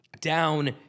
down